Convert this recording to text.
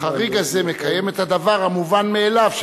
החריג הזה מקיים את הדבר המובן מאליו,